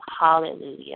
Hallelujah